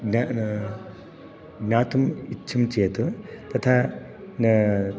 ज्ञातुम् इच्छन् चेत तथा